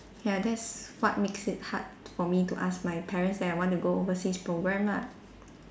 ya that's what makes it hard for me to ask my parents that I want to go overseas program lah